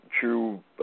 True